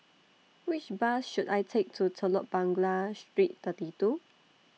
Which Bus should I Take to Telok Blangah Street thirty two